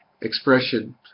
expression